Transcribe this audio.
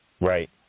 Right